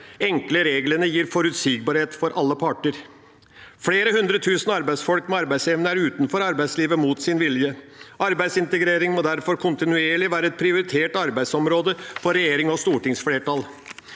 enkle reglene gir forutsigbarhet for alle parter. Flere hundre tusen arbeidsfolk med arbeidsevne er utenfor arbeidslivet mot sin vilje. Arbeidsintegrering må derfor kontinuerlig være et prioritert arbeidsområde for regjering og stortingsflertall.